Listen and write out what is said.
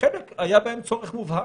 ובחלק היה צורך מובהק.